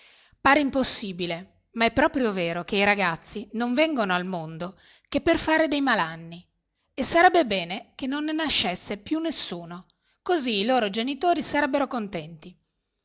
pare impossibile ma è proprio vero che i ragazzi non vengono al mondo che per fare dei malanni e sarebbe bene che non ne nascesse più nessuno così i loro genitori sarebbero contenti